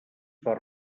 per